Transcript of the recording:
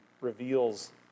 reveals